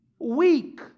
weak